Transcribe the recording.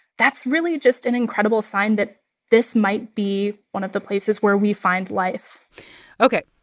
that's really just an incredible sign that this might be one of the places where we find life ok.